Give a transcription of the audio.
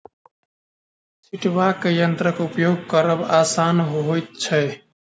छिटबाक यंत्रक उपयोग करब आसान होइत छै